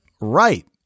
Right